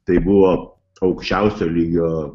tai buvo aukščiausio lygio